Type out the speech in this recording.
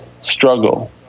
struggle